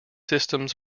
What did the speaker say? systems